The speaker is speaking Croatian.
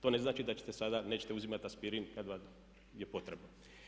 To ne znači da ćete sada, nećete uzimat aspirin kad vam je potrebno.